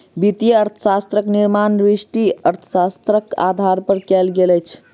वित्तीय अर्थशास्त्रक निर्माण व्यष्टि अर्थशास्त्रक आधार पर कयल गेल अछि